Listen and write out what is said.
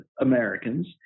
Americans